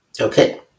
Okay